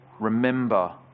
remember